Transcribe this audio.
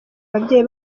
ababyeyi